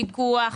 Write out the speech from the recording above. פיקוח,